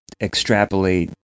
extrapolate